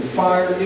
fire